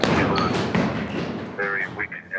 he was very weak